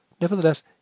Nevertheless